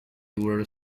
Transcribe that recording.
were